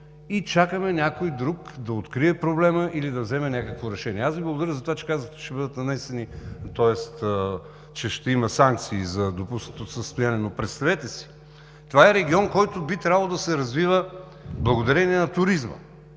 Чакаме някой друг да открие проблема или да вземе някакво решение. Благодаря Ви, че казахте, че ще има санкции за допуснатото състояние. Представете си, това е регион, който би трябвало да се развива благодарение на туризма.